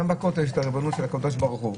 גם בכותל יש את הריבונות של הקדוש ברוך הוא.